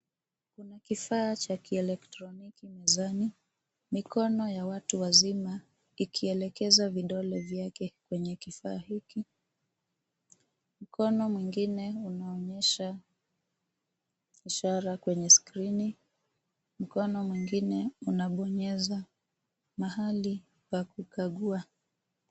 Kuna kifaa cha kieletroniki mezani, mikono ya watu wazima ikielekeza vidole vyake kwenye kifaa hiki. Mkono mwingine unaonyesha ishara kwenye skrini. Mkono mwingine unabonyeza mahali pa kukagua.